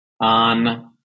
on